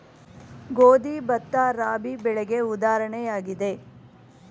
ಗೋಧಿ, ಭತ್ತ, ರಾಬಿ ಬೆಳೆಗೆ ಉದಾಹರಣೆಯಾಗಿದೆ